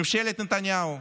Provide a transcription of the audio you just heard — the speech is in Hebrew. ממשלת נתניהו.